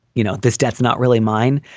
you know, this debt's not really mine,